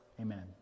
Amen